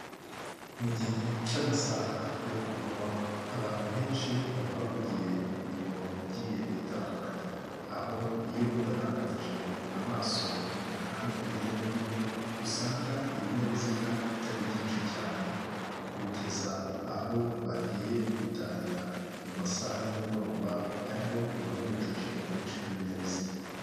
Mu gihe cy'amasaha yo ku mywa, abantu benshi baba bahugiye mu mirimo igiye itandukanye, aho iyo uraranganyije amaso mu mihanda hirya no hino usanga ibinyabiziga atari byinshi cyane, kugeza aho bagiye gutahira mu masaha y'umugoroba ariho ubona ubucucike bwinshi bw'ibinyabiziga.